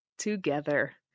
together